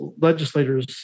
legislators